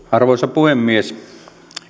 arvoisa puhemies